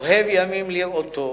אהב ימים לראות טוב.